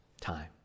time